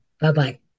Bye-bye